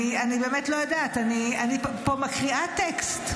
אני באמת לא יודעת, אני פה מקריאה טקסט.